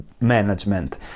management